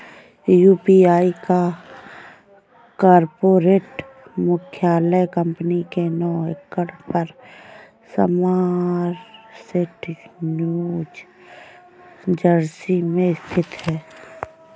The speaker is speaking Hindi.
यू.पी.आई का कॉर्पोरेट मुख्यालय कंपनी के नौ एकड़ पर समरसेट न्यू जर्सी में स्थित है